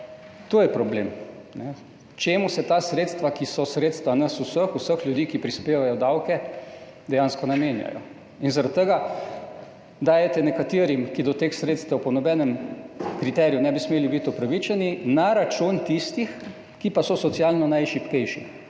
To je problem. Čemu se ta sredstva, ki so sredstva nas vseh, vseh ljudi, ki prispevajo davke, dejansko namenjajo. In zaradi tega dajete nekaterim, ki do teh sredstev po nobenem kriteriju ne bi smeli biti upravičeni, na račun tistih, ki pa so socialno najšibkejši.